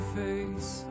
face